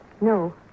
No